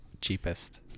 cheapest